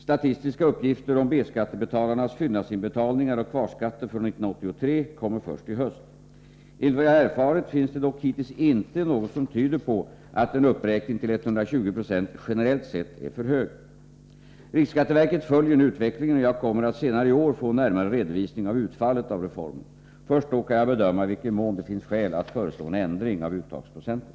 Statistiska uppgifter om B-skattebetalarnas fyllnadsinbetalningar och kvarskatter för år 1983 kommer först i höst. Enligt vad jag erfarit finns det dock hittills inte något som tyder på att en uppräkning till 120 96 generellt sett är för hög. Riksskatteverket följer nu utvecklingen, och jag kommer att senare i år få en närmare redovisning av utfallet av reformen. Först då kan jag bedöma i vilken mån det finns skäl att föreslå en ändring av uttagsprocenten.